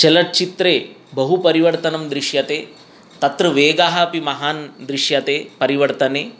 चलच्चित्रे बहु परिवर्तनं दृश्यते तत्र वेगः अपि महान् दृश्यते परिवर्तने